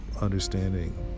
understanding